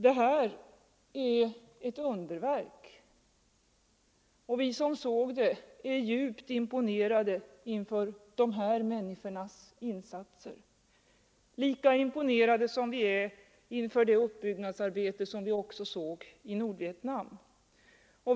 Det här är ett underverk, och vi som såg det är djupt imponerade av dessa människors insatser, lika imponerade som vi är av det uppbyggnadsarbete som vi också såg i Nordvietnam.